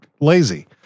lazy